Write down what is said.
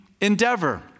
endeavor